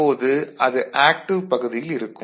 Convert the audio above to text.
அப்போது அது ஆக்டிவ் பகுதியில் இருக்கும்